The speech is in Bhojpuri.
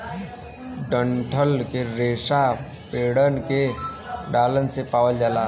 डंठल रेसा पेड़न के डालन से पावल जाला